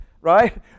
right